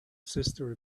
sister